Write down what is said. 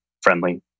friendly